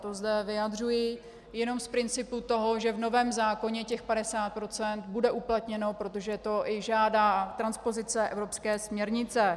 To zde vyjadřuji jenom z principu toho, že v novém zákoně těch 50 % bude uplatněno, protože to žádá transpozice evropské směrnice.